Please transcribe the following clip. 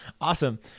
Awesome